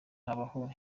habaho